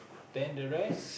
then the rest